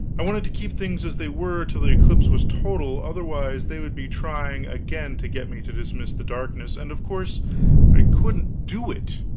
i wanted to keep things as they were till the eclipse was total, otherwise they would be trying again to get me to dismiss the darkness, and of course i couldn't do it.